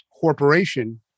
corporation